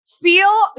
Feel